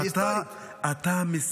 אתה מסכן.